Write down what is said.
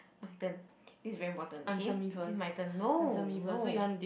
my turn this is very important okay this is my turn no no